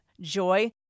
joy